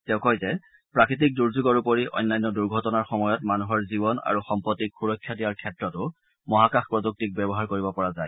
তেওঁ কয় যে প্ৰাকৃতিক দুৰ্যোগৰ উপৰি অন্যান্য দুৰ্ঘটনাৰ সময়ত মানুহৰ জীৱন আৰু সম্পত্তিক সুৰক্ষা দিয়াৰ ক্ষেত্ৰতো মহাকাশ প্ৰযুক্তিক ব্যৱহাৰ কৰিব পৰা যায়